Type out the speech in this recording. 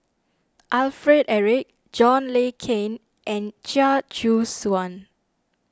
Alfred Eric John Le Cain and Chia Choo Suan